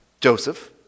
Joseph